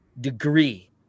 degree